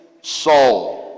soul